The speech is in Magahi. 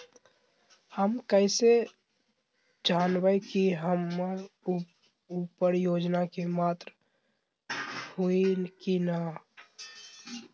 हम कैसे जानब की हम ऊ योजना के पात्र हई की न?